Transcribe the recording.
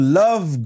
love